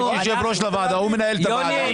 הוא מנהל את הוועדה.